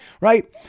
Right